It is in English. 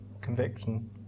conviction